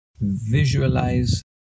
visualize